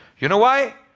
you know why?